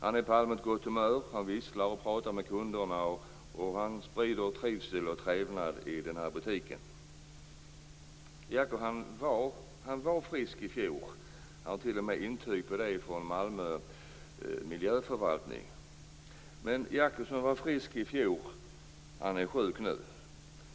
Jacko är på allmänt gott humör. Han visslar och pratar med kunderna och sprider trivsel och trevnad i butiken. Jacko var frisk i fjol. Det finns t.o.m. ett intyg om det från Malmö miljöförvaltning. Jacko, som alltså var frisk i fjol, är nu sjuk.